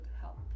help